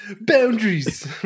Boundaries